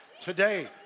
Today